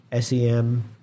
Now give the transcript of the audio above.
SEM